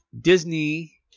Disney